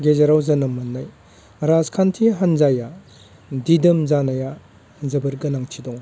गेजेराव जोनोम मोननाय राजखान्थि हानजाया दिदोम जानाया जोबोर गोनांथि दङ